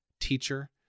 teacher